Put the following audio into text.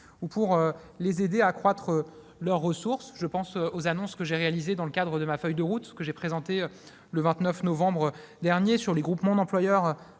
ou pour les aider à accroître leurs ressources. Je pense aux annonces que j'ai faites dans le cadre de ma feuille de route, que j'ai présentée le 29 novembre dernier, sur les groupements d'employeurs